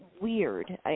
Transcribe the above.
weird